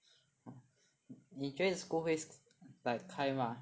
你觉得 school 会 like 开吗